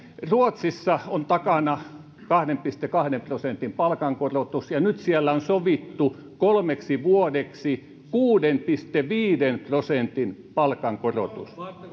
ruotsissa on takana kahden pilkku kahden prosentin palkankorotus ja nyt siellä on sovittu kolmeksi vuodeksi kuuden pilkku viiden prosentin palkankorotus